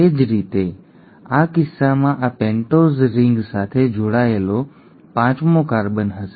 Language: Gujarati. એ જ રીતે આ કિસ્સામાં આ પેન્ટોઝ રિંગ સાથે જોડાયેલો પાંચમો કાર્બન હશે